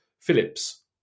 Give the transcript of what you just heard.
Phillips